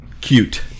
cute